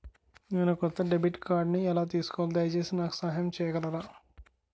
నేను కొత్త డెబిట్ కార్డ్ని ఎలా తీసుకోవాలి, దయచేసి నాకు సహాయం చేయగలరా?